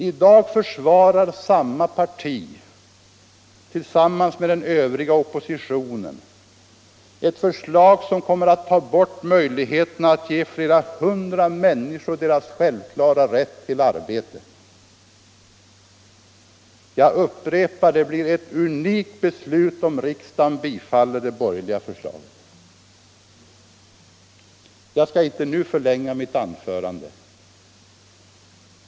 I dag försvarar samma parti, tillsammans med den övriga oppositionen, ett förslag som kommer att ta bort möjligheterna att ge flera hundra människor deras självklara rätt till arbete. Jag upprepar, att det blir ett unikt beslut om riksdagen bifaller det borgerliga förslaget. Jag skall inte ytterligare förlänga mitt anförande.